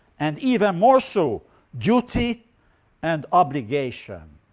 and even more so duty and obligation.